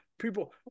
people